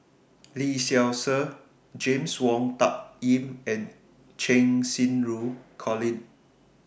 Lee Seow Ser James Wong Tuck Yim and Cheng Xinru Colin